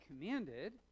commanded